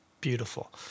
beautiful